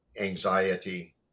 anxiety